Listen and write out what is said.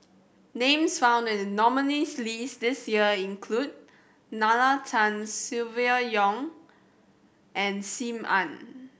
names found in the nominees' list this year include Nalla Tan Silvia Yong and Sim Ann